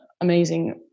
amazing